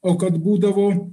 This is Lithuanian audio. o kad būdavo